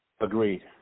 Agreed